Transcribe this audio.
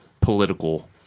political